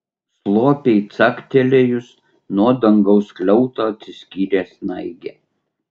slopiai caktelėjus nuo dangaus skliauto atsiskyrė snaigė